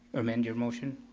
amend your motion.